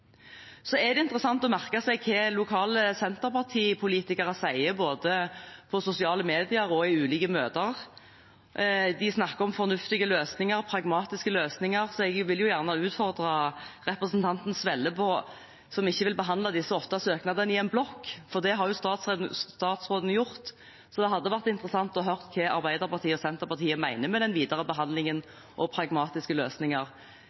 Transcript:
er interessant å merke seg hva lokale Senterparti-politikere sier både på sosiale medier og i ulike møter. De snakker om fornuftige og pragmatiske løsninger. Jeg vil gjerne utfordre representanten Svelle, som ikke vil behandle disse åtte søknadene i en blokk, for det har jo statsråden gjort. Det hadde vært interessert å høre hva Arbeiderpartiet og Senterpartiet mener med den videre behandlingen og pragmatiske løsninger.